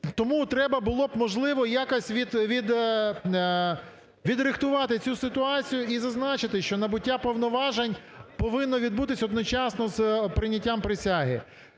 Тому треба було б, можливо, якось від... відрихтувати цю ситуацію і зазначити, що набуття повноважень повинно відбутися одночасно із прийняттям присяги.